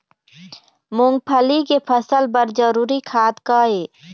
मूंगफली के फसल बर जरूरी खाद का ये?